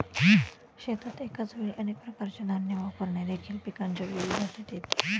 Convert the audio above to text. शेतात एकाच वेळी अनेक प्रकारचे धान्य वापरणे देखील पिकांच्या विविधतेत येते